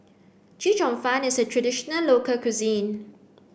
Chee Cheong Fun is a traditional local cuisine